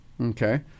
okay